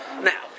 Now